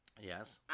Yes